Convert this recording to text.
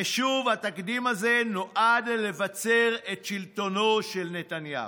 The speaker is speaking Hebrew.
ושוב התקדים הזה נועד לבצר את שלטונו של נתניהו.